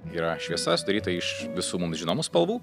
yra šviesa sudaryta iš visų mums žinomų spalvų